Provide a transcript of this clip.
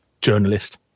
journalist